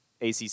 ACC